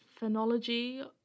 phonology